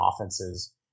offenses